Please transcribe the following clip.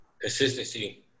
Consistency